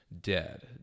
dead